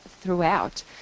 throughout